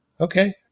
okay